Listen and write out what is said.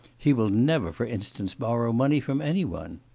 he will never, for instance, borrow money from any one